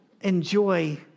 enjoy